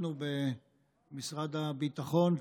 אירחנו במשרד הביטחון,